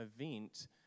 event